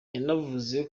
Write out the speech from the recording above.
yanavuze